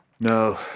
No